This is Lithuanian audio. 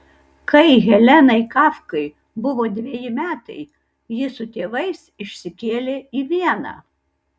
kai helenai kafkai buvo dveji metai ji su tėvais išsikėlė į vieną